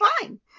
fine